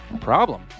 Problem